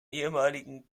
ehemaligen